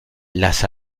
las